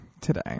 today